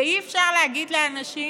זה אי-אפשר להגיד לאנשים: